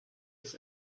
bis